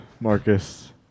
Marcus